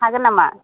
हागोन नामा